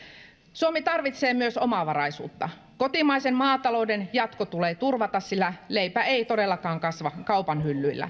suomi tarvitsee myös omavaraisuutta kotimaisen maatalouden jatko tulee turvata sillä leipä ei todellakaan kasva kaupan hyllyillä